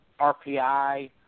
RPI